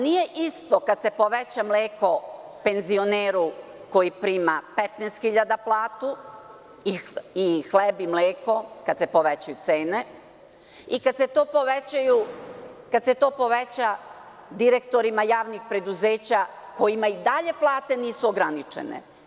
Nije isto kada se poveća cena mleka penzioneru koji prima 15.000 penziju i kada se povećaju cene hleba i kada se to poveća direktorima javnih preduzeća kojima i dalje plate nisu ograničene.